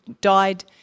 died